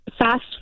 Fast